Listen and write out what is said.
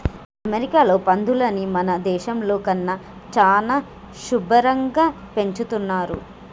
అమెరికాలో పందులని మన దేశంలో కన్నా చానా శుభ్భరంగా పెంచుతున్రు